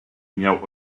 miał